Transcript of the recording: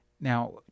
Now